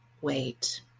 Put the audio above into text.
wait